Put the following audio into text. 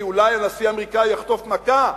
כי אולי הנשיא האמריקני יחטוף מכה,